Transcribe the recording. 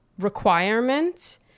requirement